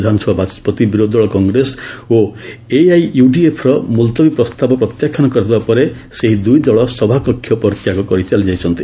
ବିଧାନସଭା ବାଚସ୍କତି ବିରୋଧୀ ଦଳ କଂଗ୍ରେସ ଓ ଏଆଇୟୁଡିଏଫ୍ର ମୁଲତବୀ ପ୍ରସ୍ତାବ ପ୍ରତ୍ୟାଖ୍ୟାନ କରିଦେବା ପରେ ସେହି ଦୁଇ ଦଳ ସଭାକକ୍ଷ ପରିତ୍ୟାଗ କରି ଚାଲିଯାଇଛନ୍ତି